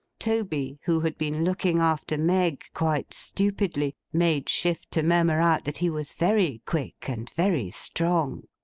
toby, who had been looking after meg, quite stupidly, made shift to murmur out that he was very quick, and very strong.